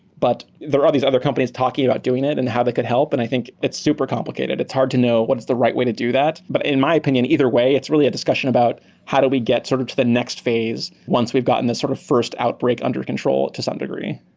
but there are all these other companies talking about doing it and how they could help. and i think it's super complicated. it's hard to know what is the right way to do that. but in my opinion, either way, it's really a discussion about how do we get sort of to the next phase once we've gotten this sort of first outbreak under control to some degree?